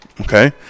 Okay